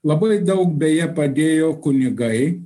labai daug beje padėjo kunigai